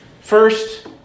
first